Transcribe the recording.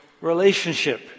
relationship